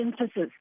emphasis